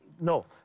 No